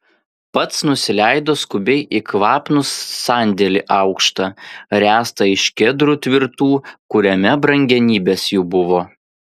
pats nusileido skubiai į kvapnų sandėlį aukštą ręstą iš kedrų tvirtų kuriame brangenybės jų buvo